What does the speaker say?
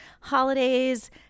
holidays